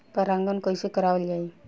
परागण कइसे करावल जाई?